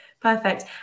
Perfect